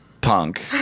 punk